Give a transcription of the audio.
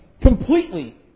completely